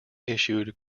issued